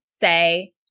say